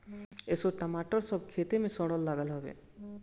असो टमाटर सब खेते में सरे लागल हवे